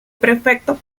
prefecto